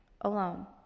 alone